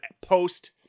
post